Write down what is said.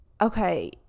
okay